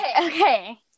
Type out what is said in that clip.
okay